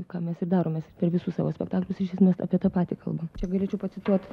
ką mes ir darom mes per visus savo spektaklius iš esmės apie tą patį kalbam čia galėčiau pacituoti